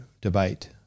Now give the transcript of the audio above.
debate